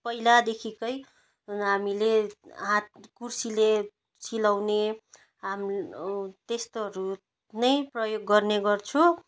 पहिलादेखिको हामीले हाते कुर्सीले सिलाउने हामी त्यस्तोहरू नै प्रयोग गर्ने गर्छु